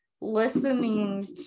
listening